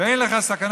עכשיו ייתנו לך לדבר,